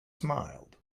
smiled